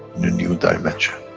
new new dimension,